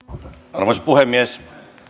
arvoisa puhemies